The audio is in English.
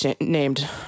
named